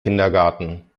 kindergarten